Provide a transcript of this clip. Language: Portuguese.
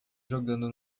jogando